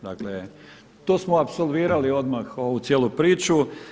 Dakle, to smo apsolvirali odmah ovu cijelu priču.